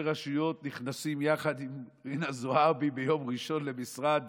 רשויות שנכנסים יחד עם ג'ידא זועבי ביום ראשון למשרד